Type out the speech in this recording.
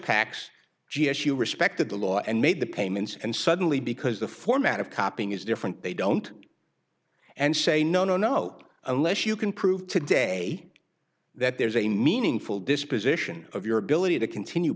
packs g s you respected the law and made the payments and suddenly because the format of copying is different they don't and say no no no unless you can prove today that there's a meaningful disposition of your ability to continue